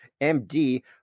MD